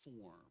form